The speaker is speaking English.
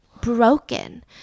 broken